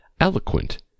eloquent